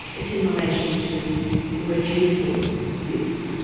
it's in relation to reducing use,